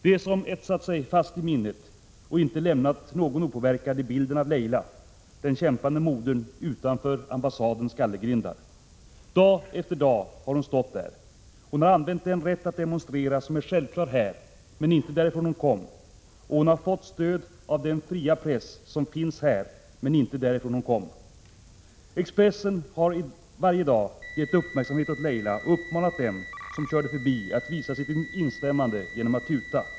Det som har etsat sig fast i minnet och som inte har lämnat någon opåverkad är bilden av Leila — den kämpande modern utanför ambassadens gallergrindar. Dag efter dag har hon stått där. Hon har använt den rätt att demonstrera som är självklar här, men inte där varifrån hon kom. Och hon har fått stöd av den fria press som finns här, men inte där varifrån hon kom. Expressen har varje dag gett uppmärksamhet åt Leila och uppmanat dem som kört förbi att visa sitt instämmande genom att tuta.